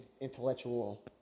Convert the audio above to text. intellectual